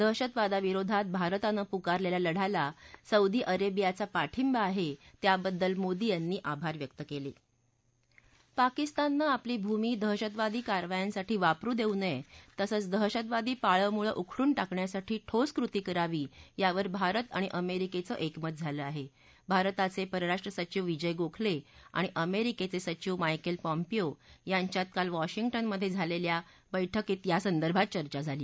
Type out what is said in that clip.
दहशतवादाविरोधात भारतानं पुकारलखा लढ्याला सौदी अरबियाचा पाठिंबा आहा व्याबद्दल मोदी यांनी आभार व्यक्त कलि पाकिस्ताननं आपली भूमी दहशतवादी कारवायांसाठी वापरु दस्ति नयतिसंच दहशतवादी पाळमुळं उखडून टाकण्यासाठी ठोस कृती करावी यावर भारत आणि अमश्कित्व एकमत झालं आहा भारताच पिराष्ट्र सचिव विजय गोखल झाणि अमश्कित्व जिचिव मायकल पॅम्पिओ यांच्यात काल वॉशिंग्टनमध्य झालखा बस्कीत या संदर्भात चर्चा झाली